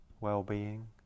well-being